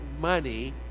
money